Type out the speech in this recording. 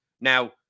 Now